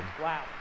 Wow